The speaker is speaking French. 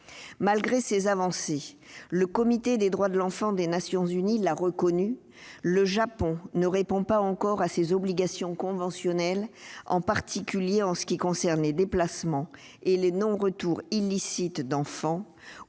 Malgré ces avancées, le Comité des droits de l'enfant des Nations unies l'a reconnu, le Japon ne répond pas encore à ses obligations conventionnelles, en particulier en ce qui concerne les déplacements et les non-retours illicites d'enfants,